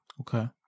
okay